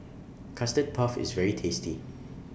Custard Puff IS very tasty